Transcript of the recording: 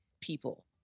people